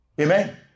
Amen